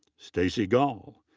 stacey gall.